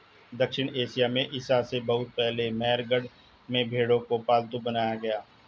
दक्षिण एशिया में ईसा से बहुत पहले मेहरगढ़ में भेंड़ों को पालतू बनाया गया